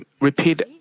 repeat